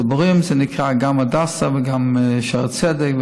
ציבוריים זה גם הדסה וגם שערי צדק,